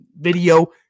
video